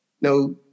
No